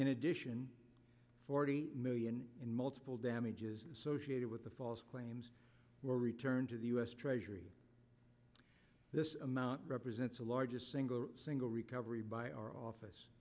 in addition forty million in multiple damages associated with the false claims were returned to the us treasury this amount represents the largest single single recovery by our office